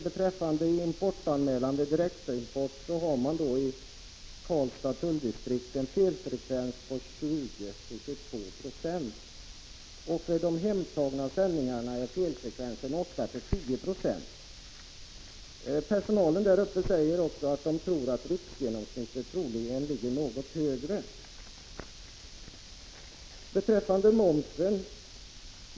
Beträffande importanmälan vid direktimport har man i Karlstads tulldistrikt en felfrekvens på 20-22 90. För de hemtagna sändningarna är felfrekvensen 8-10 90. Personalen säger att riksgenomsnittet troligen ligger något högre. Så till momsen.